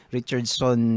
Richardson